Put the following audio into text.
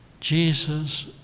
Jesus